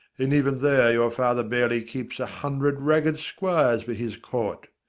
and even there your father barely keeps a hundred ragged squires for his court.